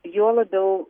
juo labiau